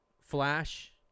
flash